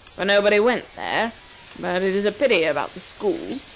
for nobody went there but it is a pity about the school.